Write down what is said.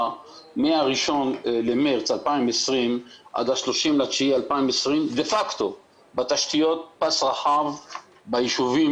מה-1 במרץ 2020 עד ה-30.9.2020 דה פקטו בתשתיות פס רחב ביישובים